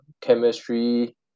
chemistry